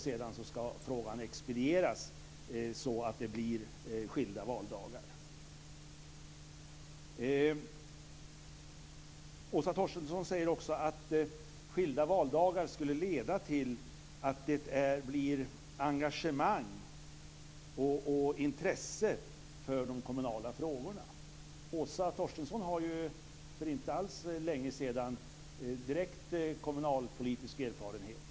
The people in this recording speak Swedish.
Sedan ska frågan expedieras så att det blir skilda valdagar. Åsa Torstensson säger också att skilda valdagar skulle leda till att det blir engagemang och intresse för de kommunala frågorna. Åsa Torstensson fick direkt kommunalpolitisk erfarenhet för inte alls länge sedan.